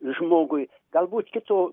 žmogui galbūt kito